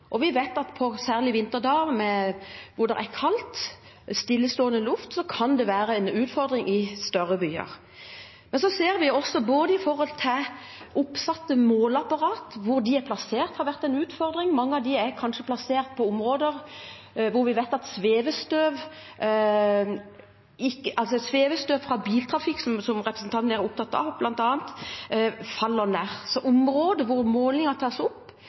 og vi vet at særlig på vinterdager hvor det kaldt og stillestående luft, kan det være en utfordring i større byer. Men så ser vi også at det har vært en utfordring med hvor oppsatte måleapparat er plassert. Mange av dem er kanskje plassert på områder nært der vi vet at svevestøv fra biltrafikk – som representanten bl.a. er opptatt av – faller. Så områdene der målingene tas opp,